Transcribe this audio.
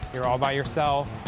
you're all by yourself,